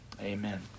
Amen